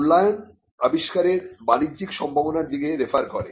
মূল্যায়ন আবিষ্কারের বাণিজ্যিক সম্ভাবনার দিকে রেফার করে